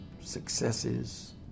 successes